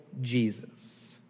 Jesus